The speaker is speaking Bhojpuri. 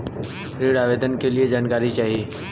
ऋण आवेदन के लिए जानकारी चाही?